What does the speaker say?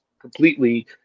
completely